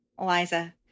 Eliza